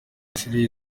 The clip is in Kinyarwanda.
isiraheli